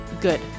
good